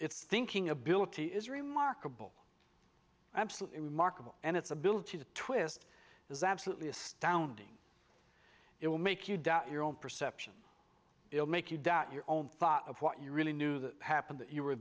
it's thinking ability is remarkable absolutely remarkable and its ability to twist is absolutely astounding it will make you doubt your own perception it will make you doubt your own thought of what you really knew that happened that you were